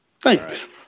Thanks